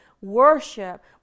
worship